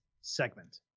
segment